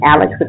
Alex